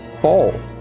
Ball